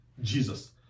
Jesus